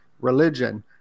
religion